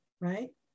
right